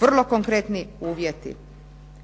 Vrlo konkretni uvjeti,